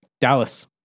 dallas